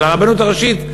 של הרבנות הראשית,